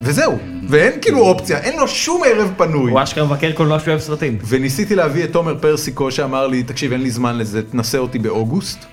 וזהו, ואין כאילו אופציה, אין לו שום ערב פנוי. הוא אשכרה מבקר כל נושא של ערב סרטים. וניסיתי להביא את תומר פרסיקו שאמר לי, תקשיב, אין לי זמן לזה, תנסה אותי באוגוסט.